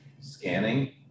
Scanning